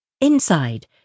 Inside